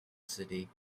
city